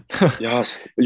yes